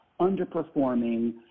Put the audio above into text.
underperforming